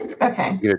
Okay